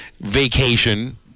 Vacation